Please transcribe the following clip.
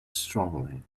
strongly